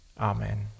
Amen